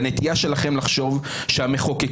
נטייה שלכם לחשוב שהמחוקקים,